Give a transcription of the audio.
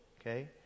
Okay